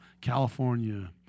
California